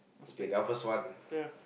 Uzbek yeah